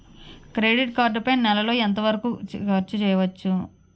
Credit card పై నెల లో ఎంత వరకూ ఖర్చు చేయవచ్చు?